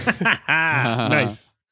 nice